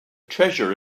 treasure